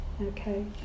okay